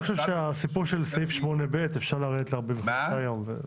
אני חושב שבתיקון לסעיף 8ב אפשר לרדת ל-45 ימים.